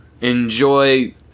enjoy